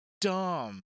dumb